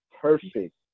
Perfect